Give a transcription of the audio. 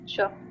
Sure